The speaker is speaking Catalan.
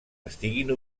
estiguin